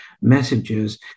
messages